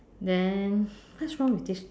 then what's wrong with this